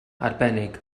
arbennig